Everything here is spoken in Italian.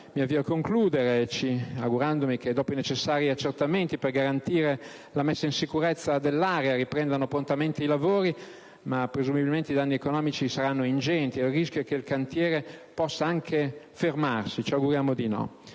In conclusione, mi auguro che, dopo i necessari accertamenti per garantire la messa in sicurezza dell'area, riprendano prontamente i lavori, ma presumibilmente i danni economici saranno ingenti e il rischio è che il cantiere romano possa anche fermarsi, speriamo di no.